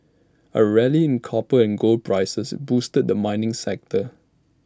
A rally in copper and gold prices boosted the mining sector